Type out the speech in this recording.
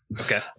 Okay